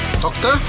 Doctor